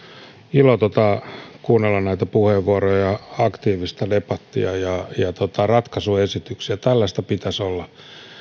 kuunnella näitä puheenvuoroja ja aktiivista debattia ja ja ratkaisuesityksiä tällaista pitäisi olla